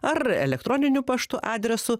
ar elektroniniu paštu adresu